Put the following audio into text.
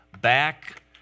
Back